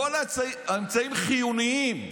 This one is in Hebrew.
כל האמצעים חיוניים.